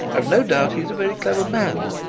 i've no doubt he's a very clever man.